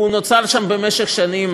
הוא נוצר שם במשך שנים.